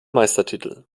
meistertitel